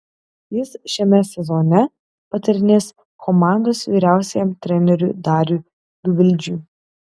jis šiame sezone patarinės komandos vyriausiajam treneriui dariui gvildžiui